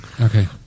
Okay